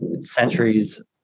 centuries